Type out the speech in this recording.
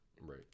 Right